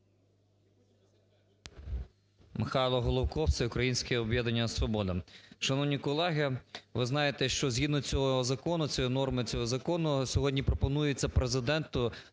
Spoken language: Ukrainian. Михайло Головко, "Всеукраїнське об'єднання "Свобода". Шановні колеги, ви знаєте, що згідно цього закону, норми цього закону сьогодні пропонується Президенту